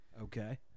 Okay